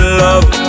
love